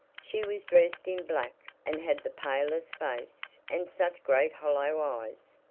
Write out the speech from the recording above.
she was dressed in black, and had the palest face, and such great hollow eyes.